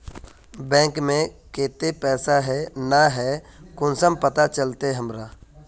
Bank में केते पैसा है ना है कुंसम पता चलते हमरा?